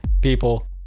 people